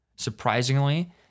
Surprisingly